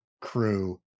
crew